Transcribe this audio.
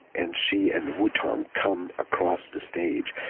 and she and wu tong come across the stage